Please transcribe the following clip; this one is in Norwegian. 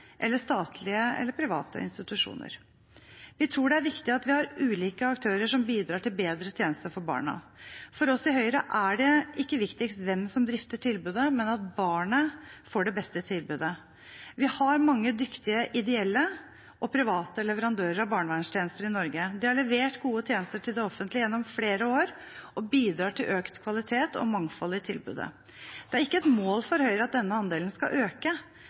eller statlige eller private institusjoner. Vi tror det er viktig at vi har ulike aktører som bidrar til bedre tjenester for barna. For oss i Høyre er det ikke viktigst hvem som drifter tilbudet, men at barnet får det beste tilbudet. Vi har mange dyktige ideelle og private leverandører av barnevernstjenester i Norge. De har levert gode tjenester til det offentlige gjennom flere år og bidrar til økt kvalitet og mangfold i tilbudet. Det er ikke et mål for Høyre at denne andelen skal øke,